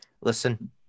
listen